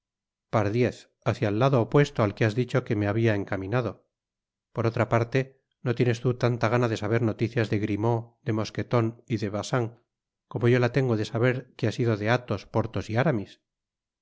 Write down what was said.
pardiez hácia al lado opuesto al que has dicho que me habia encaminado por otra parte no tienes tú tanta gana de saber noticias de grimaud de mosqueton y de bacin como yo la tengo de saber qué ha sido de athos porthos y aramis